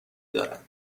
دارد